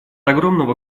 огромного